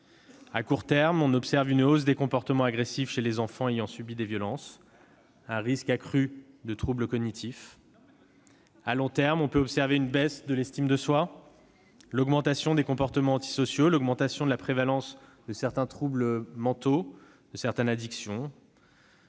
À court terme, on observe une hausse des comportements agressifs chez les enfants ayant subi des violences, un risque accru de troubles cognitifs. À long terme, on peut observer une baisse de l'estime de soi, des comportements antisociaux, une augmentation de la prévalence de troubles mentaux et addictifs